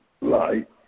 light